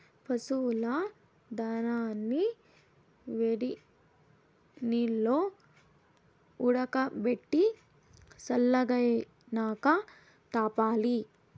పశువుల దానాని వేడినీల్లో ఉడకబెట్టి సల్లగైనాక తాపాలి